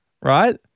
Right